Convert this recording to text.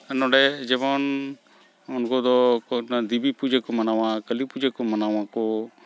ᱱᱚᱸᱰᱮ ᱡᱮᱢᱚᱱ ᱩᱱᱠᱩ ᱫᱚᱠᱚ ᱦᱩᱭᱩᱜ ᱠᱟᱱᱟ ᱫᱤᱵᱤ ᱯᱩᱡᱟᱹ ᱠᱚ ᱢᱟᱱᱟᱣᱟ ᱠᱟᱹᱞᱤ ᱯᱩᱡᱟᱹ ᱠᱚ ᱢᱟᱱᱟᱣᱟᱠᱚ